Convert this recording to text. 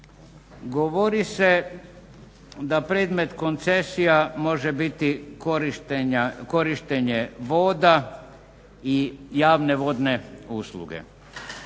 govori se da predmet koncesija može biti korištenje voda i javne vodne usluge.